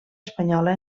espanyola